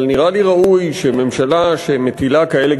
אבל נראה לי ראוי שממשלה שמטילה כאלה